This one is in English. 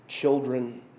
children